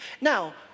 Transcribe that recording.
Now